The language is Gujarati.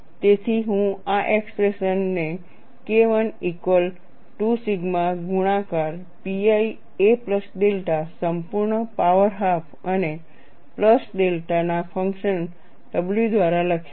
તેથી હું આ એક્સપ્રેશન ને KI ઇક્વલ ટુ સિગ્મા ગુણાકાર pi a પ્લસ ડેલ્ટા સંપૂર્ણ પાવર હાફ અને પ્લસ ડેલ્ટા ના ફંક્શન w દ્વારા લખીશ